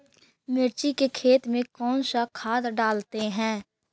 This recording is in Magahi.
मिर्ची के खेत में कौन सा खाद डालते हैं?